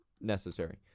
necessary